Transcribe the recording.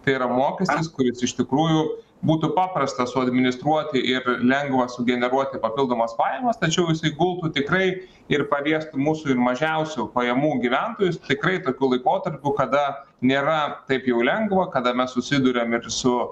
tai yra mokestis kuris iš tikrųjų būtų paprastas o administruoti ir lengva sugeneruoti papildomas pajamas tačiau jisai gautų tikrai ir paliestų mūsų ir mažiausių pajamų gyventojus tikrai tokiu laikotarpiu kada nėra taip jau lengva kada mes susiduriam ir su